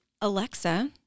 Alexa